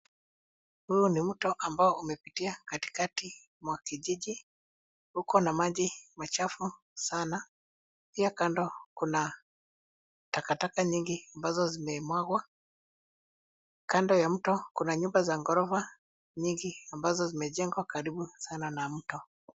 Huu ni mto ambao umepitia katikati mwa kijiji . Uko na maji machafu sana. Pia kando kuna takataka nyingi ambazo zimemwagwa. Kando ya mto kuna nyumba za ghorofa nyingi ambazo zimejengwa karibu sana na mto.